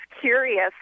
curious